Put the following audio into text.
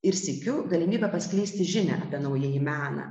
ir sykiu galimybę paskleisti žinią apie naująjį meną